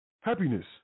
Happiness